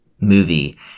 movie